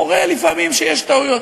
קורה לפעמים שיש טעויות.